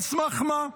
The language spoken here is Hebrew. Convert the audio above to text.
על סמך מה?